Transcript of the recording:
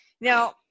Now